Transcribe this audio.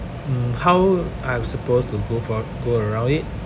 mm how I'm supposed to go for go around it